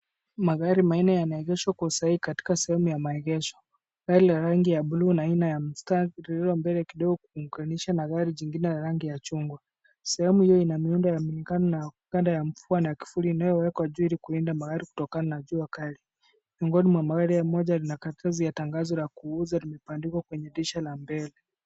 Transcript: Magharibu manne yameegeshwa kwa usahihi katika sehemu ya maegesho, gari rangi ya bluu na aina ya mstari ulioko mbele kidogo hufundisha nadharia nyingine ya rangi ya chungwa. Sehemu hiyo ina miundo ya mlingano na upande wa mfano ya kifuli inayowekwa juu ili kuenda mahali kutokana na juu ya kali. Miongoni mwa magari, mmoja alina karatasi ya tangazo la kuuza linabandikwa kwenye dirisha la mbele.